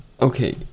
Okay